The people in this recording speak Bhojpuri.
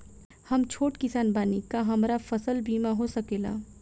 हम छोट किसान बानी का हमरा फसल बीमा हो सकेला?